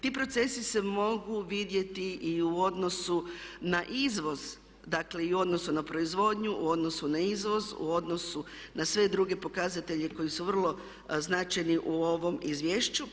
Ti procesi se mogu vidjeti i u odnosu na izvoz, dakle i u odnosu na proizvodnju, u odnosu na izvoz, u odnosu na sve druge pokazatelje koji su vrlo značajni u ovom izvješću.